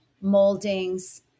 moldings